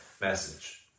message